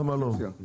למה לא?